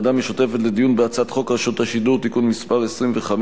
בוועדה המשותפת לדיון בהצעת חוק רשות השידור (תיקון מס' 25)